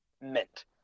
mint